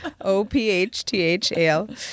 O-P-H-T-H-A-L